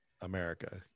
America